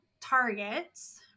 targets